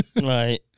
Right